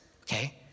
okay